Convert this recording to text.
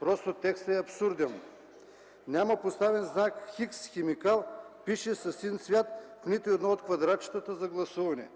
т. 1 текстът е абсурден: „няма поставен знак „Х”, с химикал, пишещ със син цвят, в нито едно от квадратчетата за гласуване;”.